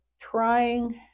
trying